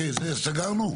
סגרנו?